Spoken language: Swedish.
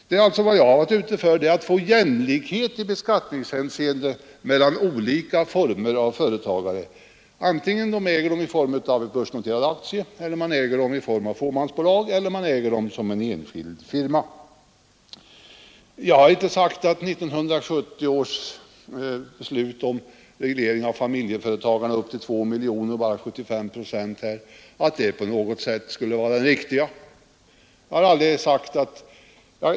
Vad jag har varit ute efter är alltså att få jämlikhet i beskattningshänseende mellan olika former av företagare, vare sig man äger börsnoterade aktier eller är delägare i ett fåmansbolag eller i enskild firma. Jag har inte sagt att de 1970 beslutade reglerna beträffande fåmansbolag med ett värde upp till 2 miljoner kronor, varav minst 75 procent ägs av den skattskyldige ensam eller tillsammans med högst nio fysiska personer, på något sätt skulle vara det riktiga.